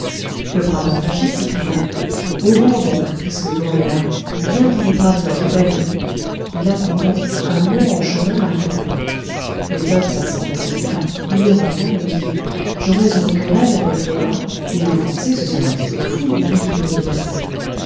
le bramin fâché s'écria ô vent donc puisque vent y a viens dans les bras de notre belle il accourait un mont en chemin l'arrêta l'éteuf passant à celui-là il le renvoie et dit j'aurais une querelle avec le rat et l'offenser ce serait être fou lui qui peut me percer